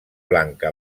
blanca